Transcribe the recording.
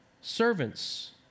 Servants